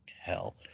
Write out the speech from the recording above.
hell